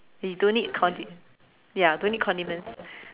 you don't need condi~ ya don't need condiments